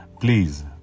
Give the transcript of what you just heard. Please